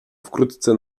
wkrótce